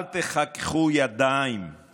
אל תחככו ידיים על